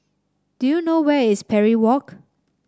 do you know where is Parry Walk